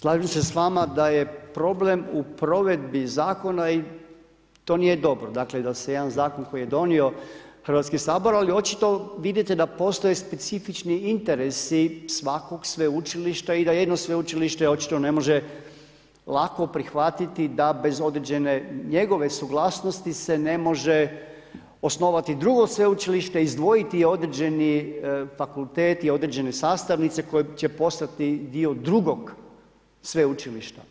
Slažem se s vama da je problem u provedbi zakona i to nije dobro, dakle da se jedan zakon koji je donio Hrvatski sabor, ali očito vidite da postoje specifični interesi svakog sveučilišta i da jedno sveučilište očito ne može lako prihvatiti da bez određene njegove suglasnosti se ne može osnovati drugo sveučilište, izdvojiti određeni fakultet, određene sastavnice koje će postati dio drugog sveučilišta.